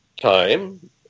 time